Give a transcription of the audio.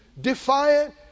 Defiant